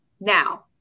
Now